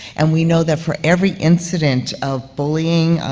and we know that for every incident of bullying,